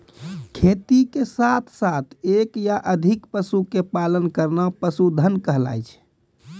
खेती के साथॅ साथॅ एक या अधिक पशु के पालन करना पशुधन कहलाय छै